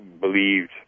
believed